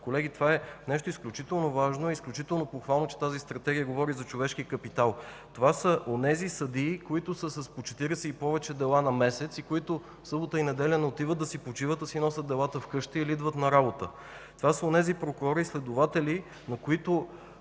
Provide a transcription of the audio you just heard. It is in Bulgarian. Колеги, това е нещо изключително важно, изключително похвално, че тази Стратегия говори за човешки капитал. Това са онези съдии, които са с по 40 и повече дела на месец и които в събота и неделя не отиват да си почиват, а си носят делата вкъщи или отиват на работа. Това са онези прокурори и следователи, на които